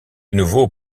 nouveau